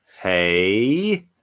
Hey